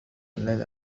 اليلة